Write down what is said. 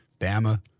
Bama